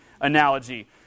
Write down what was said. analogy